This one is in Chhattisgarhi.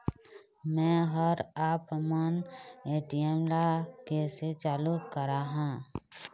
मैं हर आपमन ए.टी.एम ला कैसे चालू कराहां?